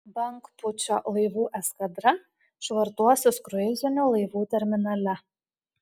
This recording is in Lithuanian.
bangpūčio laivų eskadra švartuosis kruizinių laivų terminale